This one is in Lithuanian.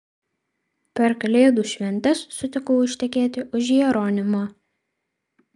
per kalėdų šventes sutikau ištekėti už jeronimo